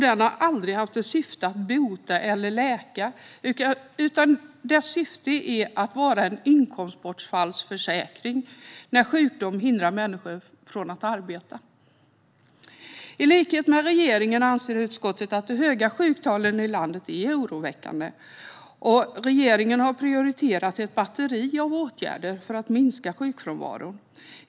Den har aldrig haft till syfte att bota eller läka, utan dess syfte är att vara en inkomstbortfallsförsäkring när sjukdom hindrar människor från att arbeta. I likhet med regeringen anser utskottet att de höga sjuktalen i landet är oroväckande. Regeringen har prioriterat ett batteri av åtgärder för att minska sjukfrånvaron.